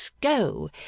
go